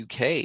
UK